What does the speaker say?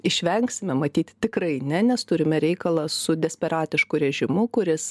išvengsime matyt tikrai ne nes turime reikalą su desperatišku režimu kuris